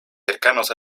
cercanos